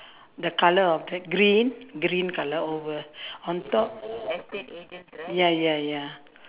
the colour of the green green colour over on top ya ya ya